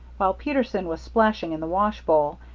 while peterson was splashing in the washbowl,